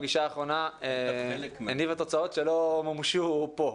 הפגישה האחרונה הניבה תוצאות שלא מומשו פה,